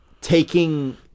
taking